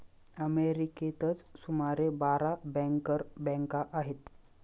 अमेरिकेतच सुमारे बारा बँकर बँका आहेत